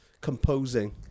composing